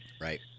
Right